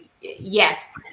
yes